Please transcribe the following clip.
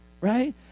right